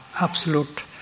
absolute